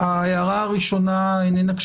ההערה השנייה שלי היא המשך